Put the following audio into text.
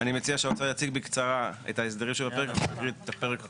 אני מציע שהאוצר יציג בקצרה את ההסברים של הפרק ואז נקריא את הפרק כולו.